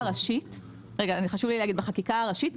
רגע חשוב לי להגיד בחקיקה הראשית,